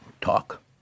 talk